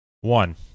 One